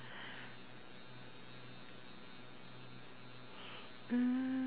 mm